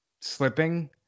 slipping